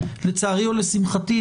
לצערי או לשמחתי,